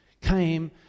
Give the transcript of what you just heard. came